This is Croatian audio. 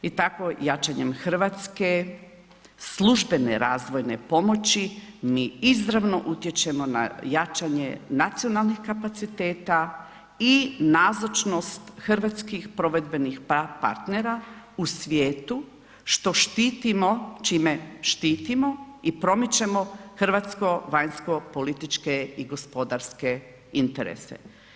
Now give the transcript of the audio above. I tako jačanjem hrvatske službene razvojne pomoći mi izravno utječemo na jačanje nacionalnih kapaciteta i nazočnost hrvatskih provedbenih partnera u svijetu što štitimo, čime štitimo i promičemo hrvatsko vanjsko političke i gospodarske interese.